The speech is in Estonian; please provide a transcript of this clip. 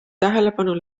tähelepanu